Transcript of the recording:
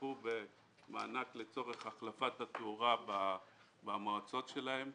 זכו במענק לצורך החלפת התאורה במועצות שלהם.